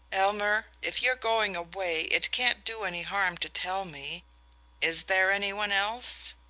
elmer, if you're going away it can't do any harm to tell me is there any one else?